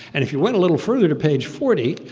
and if you went a little further to page forty,